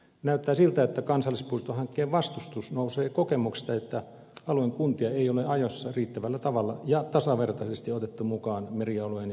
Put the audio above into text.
näyttää siltä että kansallispuistohankkeen vastustus nousee kokemuksesta että alueen kuntia ei ole ajoissa riittävällä tavalla ja tasavertaisesti otettu mukaan merialueen ja saariston kehittämiseen